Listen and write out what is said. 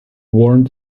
warned